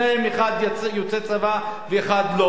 אחד יוצא צבא ואחד לא,